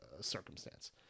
circumstance